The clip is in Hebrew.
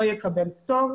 לא יקבל פטור,